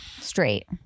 straight